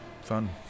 fun